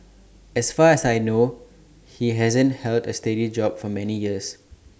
as far as I know he hasn't held A steady job for many years